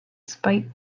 spite